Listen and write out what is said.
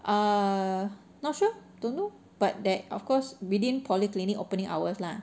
err not sure don't know but that of course within polyclinic opening hours lah